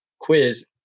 quiz